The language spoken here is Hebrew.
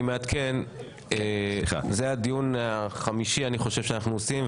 אני מעדכן שזה הדיון החמישי שאנחנו מקיימים,